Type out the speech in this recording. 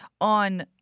on